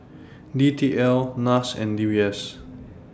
D T L Nas and D B S